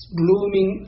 blooming